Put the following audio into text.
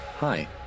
Hi